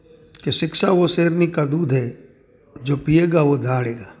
કે શિક્ષા વો શેરની કા દૂધ હૈ જો પીએગા વો દહાડેગા